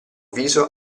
viso